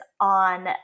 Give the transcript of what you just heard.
on